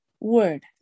word